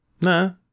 No